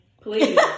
Please